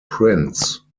prince